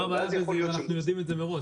ומה הבעיה בזה אם אנחנו יודעים את זה מראש?